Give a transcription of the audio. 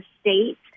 state